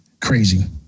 Crazy